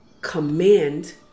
command